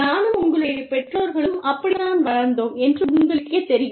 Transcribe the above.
நானும் உங்களுடைய பெற்றோர்களும் அப்படித்தான் வளர்ந்தோம் என்று உங்களுக்கேத் தெரியும்